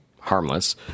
harmless